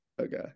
Okay